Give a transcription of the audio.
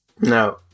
No